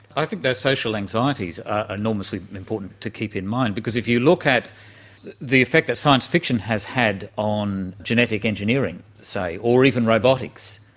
i think those social anxieties are enormously important to keep in mind because if you look at the effect that science fiction has had on genetic engineering, say, or even robotics,